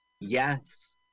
Yes